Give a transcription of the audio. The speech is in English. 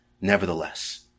nevertheless